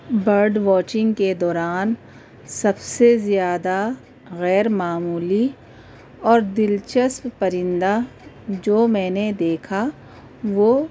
bird watching کے دوران سب سے زیادہ غیر معمولی اور دلچسپ پرندہ جو میں نے دیکھا وہ